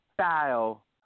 style